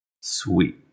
sweet